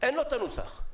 לו את הנוסח.